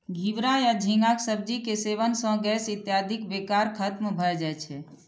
घिवरा या झींगाक सब्जी के सेवन सं गैस इत्यादिक विकार खत्म भए जाए छै